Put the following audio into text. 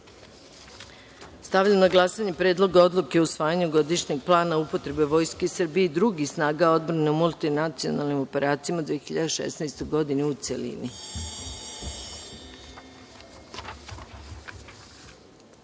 na glasanje Predlog odluke o usvajanju godišnjeg plana upotrebe Vojske Srbije i drugih snaga odbrane u multinacionalnim operacijama u 2016. godini, u